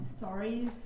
stories